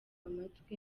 amatwi